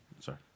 sorry